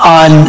on